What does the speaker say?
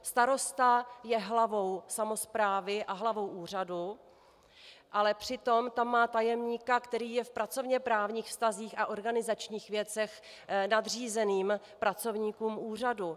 Starosta je hlavou samosprávy a hlavou úřadu, ale přitom tam má tajemníka, který je v pracovněprávních vztazích a organizačních věcech nadřízeným pracovníkům úřadu.